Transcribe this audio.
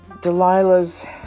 Delilah's